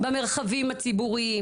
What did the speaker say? במרחבים הציבוריים.